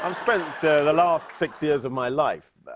um spent so the last six years of my life,